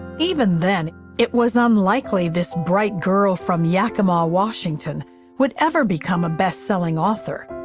even then, it was unlikely this bright girl from yakima, washington would ever become a best-selling author.